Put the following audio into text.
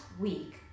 week